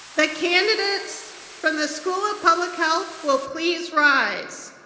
the candidates from the school of public health will please rise.